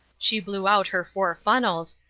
she blew out her four funnels,